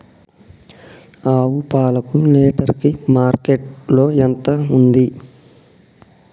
ఆవు పాలకు లీటర్ కి మార్కెట్ లో ఎంత ఉంది?